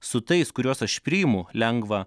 su tais kuriuos aš priimu lengva